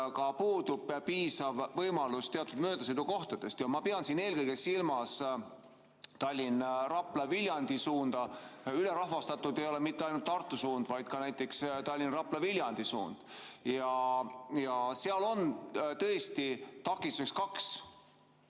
et puudub piisav võimalus teatud möödasõidukohtadeks, ma pean siin eelkõige silmas Tallinna–Rapla–Viljandi suunda. Ülerahvastatud ei ole mitte ainult Tartu suund, vaid ka Tallinna–Rapla–Viljandi suund, ja seal on tõesti takistuseks kaks